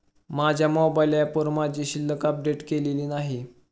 माझ्या मोबाइल ऍपवर माझी शिल्लक अपडेट केलेली नाही